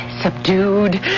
subdued